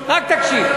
רק תקשיב.